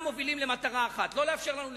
מובילים למטרה אחת: לא לאפשר לנו לחיות.